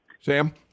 Sam